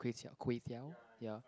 kway kway-teow ya